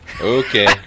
okay